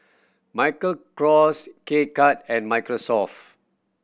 Michael Kors K Cut and Microsoft